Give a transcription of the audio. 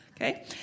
Okay